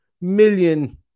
million